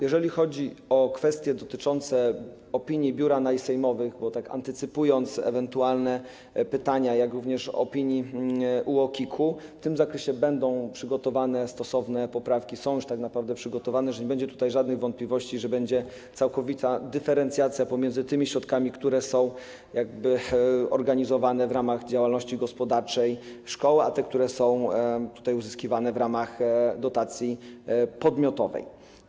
Jeżeli chodzi o kwestie dotyczące opinii Biura Analiz Sejmowych, tak antycypując ewentualne pytania, jak również opinii UOKiK-u, powiem że w tym zakresie będą przygotowane stosowne poprawki, są już tak naprawdę przygotowane, tak że nie będzie tutaj żadnych wątpliwości, że będzie całkowita dyferencjacja pomiędzy tymi środkami, które są organizowane w ramach działalności gospodarczej szkoły, a tymi, które są uzyskiwane w ramach dotacji podmiotowej.